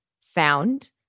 sound